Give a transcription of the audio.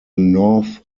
north